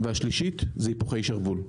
והשלישית היא היפוכי שרוול.